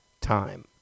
time